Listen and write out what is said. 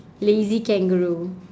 lazy kangaroo